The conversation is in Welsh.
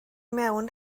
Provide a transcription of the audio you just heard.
mewn